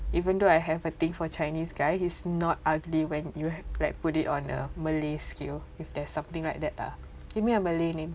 even though I have a thing for Chinese guy he's not ugly when you have like put it on a Malay scale if there's something like that ah give me a Malay name